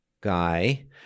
guy